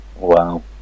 Wow